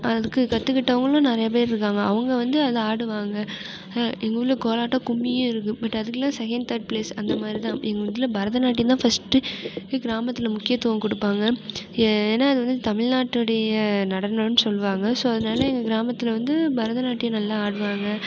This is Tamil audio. அதுக்கு கற்றுக்கிட்டவங்களும் நிறைய பேர் இருக்காங்க அவங்க வந்து அதில் ஆடுவாங்க எங்கூரில் கோலாட்டம் கும்மியும் இருக்குது பட் அதுக்கலாம் செகண்ட் தேட் ப்ளேஸ் அந்த மாதிரிதான் எங்கள் வீட்டில் பரதநாட்டியந்தான் ஃபஸ்ட்டு கிராமத்தில் முக்கியத்துவம் கொடுப்பாங்க ஏன்னா அது வந்து தமிழ் நாட்டோடைய நடனோனு சொல்லுவாங்க ஸோ அதனால எங்கள் கிராமத்தில் வந்து பரதநாட்டியம் நல்லா ஆடுவாங்க